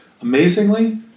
amazingly